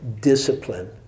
discipline